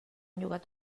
llogat